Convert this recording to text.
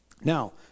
Now